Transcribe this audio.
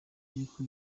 y’uko